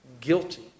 guilty